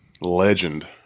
Legend